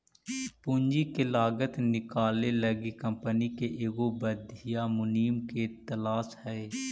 पूंजी के लागत निकाले लागी कंपनी के एगो बधियाँ मुनीम के तलास हई